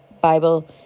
Bible